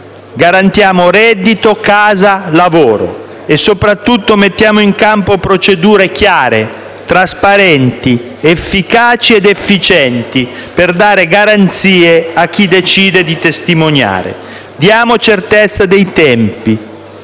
Garantiamo reddito, casa e lavoro e, soprattutto, mettiamo in campo procedure chiare, trasparenti, efficaci ed efficienti per dare garanzie a chi decide di testimoniare. Diamo certezza dei tempi.